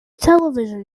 television